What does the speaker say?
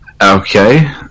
Okay